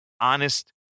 honest